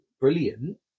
brilliant